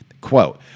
quote